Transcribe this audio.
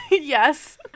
Yes